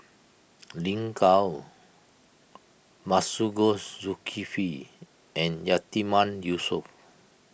Lin Gao Masagos Zulkifli and Yatiman Yusof